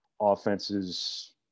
offenses